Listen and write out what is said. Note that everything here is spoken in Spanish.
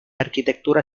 arquitectura